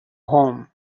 home